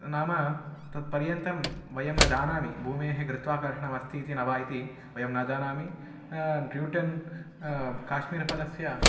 नाम तत् पर्यन्तं वयं न जानामि भूमेः गुरुत्वाकर्षणम् अस्ति इति न वा इति वयं न जानामि न्यूटन् काश्मीरफलस्य